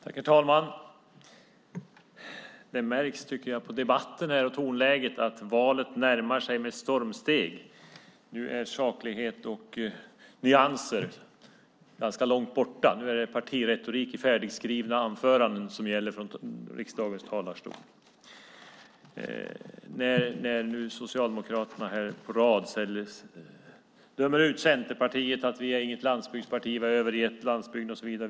Herr talman! Det märks på debatten och tonläget att valet närmar sig med stormsteg. Nu är saklighet och nyanser ganska långt borta. Nu är det partiretorik i färdigskrivna anföranden som gäller i riksdagens talarstol, när socialdemokrater på rad dömer ut Centerpartiet och säger att vi inte är något landsbygdsparti, att vi har övergett landsbygden och så vidare.